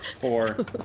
Four